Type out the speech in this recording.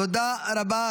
תודה רבה.